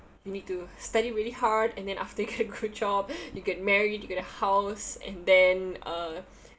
you need to study really hard and then after you get a good job you get married you get a house and then uh